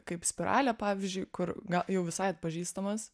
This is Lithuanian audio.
kaip spiralė pavyzdžiui kur gal jau visai atpažįstamas